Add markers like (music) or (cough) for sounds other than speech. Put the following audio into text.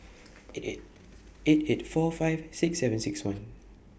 (noise) (unintelligible) eight eight four five six seven six one